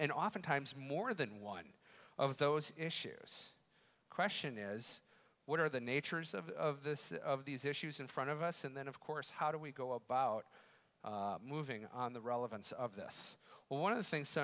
and oftentimes more than one of those issues question is what are the natures of this of these issues in front of us and then of course how do we go about moving on the relevance of this one of the things